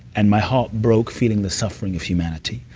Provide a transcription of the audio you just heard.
and my heart broke feeling the suffering of humanity,